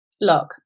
Look